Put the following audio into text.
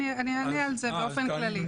אני אענה על זה באופן כללי.